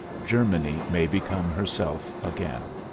germany may become herself again.